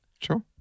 sure